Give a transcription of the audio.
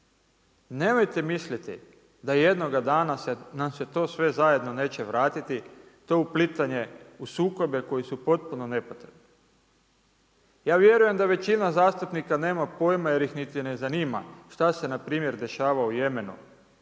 Nemojte misliti da jednoga dana nam se to sve zajedno neće vratiti, to uplitanje u sukobe koji su potpuno nepotrebni. Ja vjerujem da većina zastupnika nema pojma jer ih niti ne zanima šta se npr. dešava u Jemenu